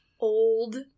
old